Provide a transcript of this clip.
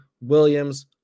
Williams